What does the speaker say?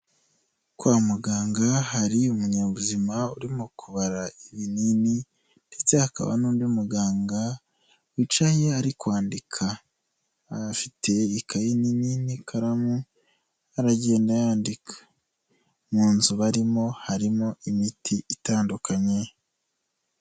Kwa muganga hari umunyabuzima urimo kubara ibinini ndetse hakaba n'undi muganga wicaye ari kwandika, afite ikayi nini n'ikaramu aragenda yandika. Mu inzu barimo harimo imiti itandukanye.